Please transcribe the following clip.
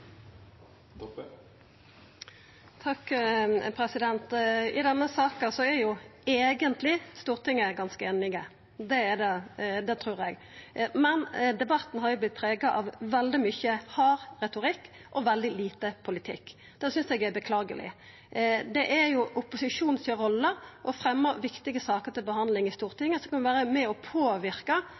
I denne saka er Stortinget eigentleg ganske einige. Det trur eg. Men debatten har vorte prega av veldig mykje hard retorikk og veldig lite politikk. Det synest eg er beklageleg. Det er jo rolla til opposisjonen å fremja viktige saker som kan vera med på å påverka norsk politikk, til behandling i Stortinget.